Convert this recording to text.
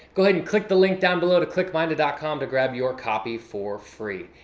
go ahead and click the link down below to clickminded dot com to grab your copy for free.